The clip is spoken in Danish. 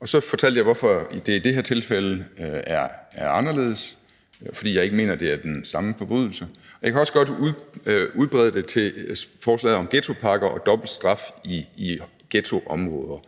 Og så fortalte jeg, hvorfor det i det her tilfælde er anderledes, nemlig fordi jeg ikke mener, at det er den samme forbrydelse. Jeg kan også godt udbrede mig om forslaget om ghettopakke og dobbeltstraf i ghettoområder.